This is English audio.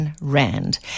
Rand